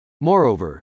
Moreover